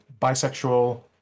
bisexual